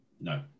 No